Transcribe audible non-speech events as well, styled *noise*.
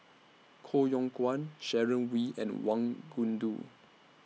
Koh Yong Guan Sharon Wee and Wang *unintelligible*